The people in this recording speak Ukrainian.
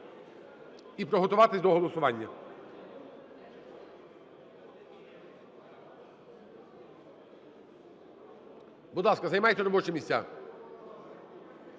і приготуватись до голосування. Будь ласка, займайте робочі місця.